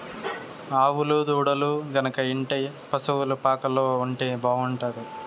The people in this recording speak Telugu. ఆవుల దూడలు గనక ఇంటి పశుల పాకలో ఉంటే బాగుంటాది